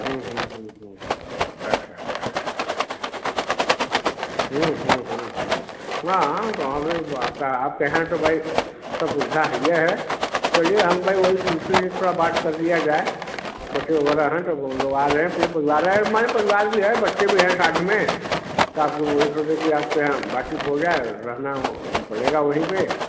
अच्छा अच्छा अच्छा अच्छा अच्छा हाँ आपका आप कहें तो भाई सब सुविधा हइए है चलिए हम भाई वही उसी लिए थोड़ा बात कर लिया जाए बच्चे वगैरह हैं तो वह लोग आ रहें पूरे परिवार रहे माने परिवार भी है बच्चे भी हैं साथ में तो आपको वही सोचे आपसे बातचीत हो जाए रहना पड़ेगा वहीं पर